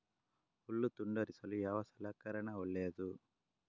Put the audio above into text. ಹುಲ್ಲು ತುಂಡರಿಸಲು ಯಾವ ಸಲಕರಣ ಒಳ್ಳೆಯದು?